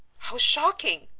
how shocking!